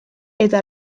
eta